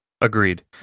Agreed